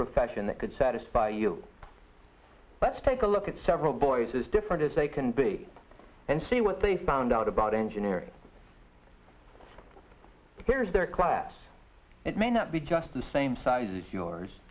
profession that could satisfy you but it's take a look at several boys as different as they can be and see what they found out about engineering careers their class it may not be just the same size as yours